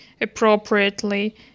appropriately